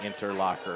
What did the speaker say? Interlocker